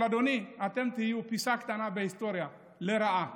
אבל אדוני, אתם תהיו פיסה קטנה בהיסטוריה, לרעה.